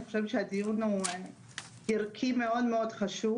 אני חושבת שהדיון הוא ערכי וחשוב,